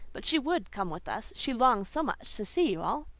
but she would come with us she longed so much to see you all!